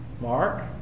Mark